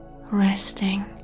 resting